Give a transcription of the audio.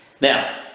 Now